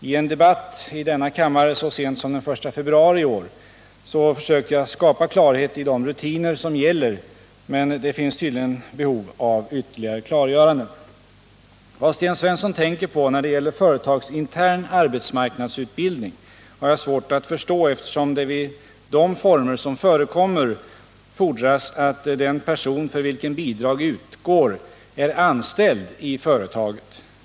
I en debatt i denna kammare så sent som den I februari i år försökte jag skapa klarhet i de rutiner som gäller, men det finns tydligen behov av ytterligare klargöranden. Vad Sten Svensson tänker på när det gäller företagsintern arbetsmarknadsutbildning har jag svårt att förstå, eftersom det vid de former som förekommer fordras att den person för vilken bidrag utgår är anställd i företaget.